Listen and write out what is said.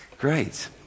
Great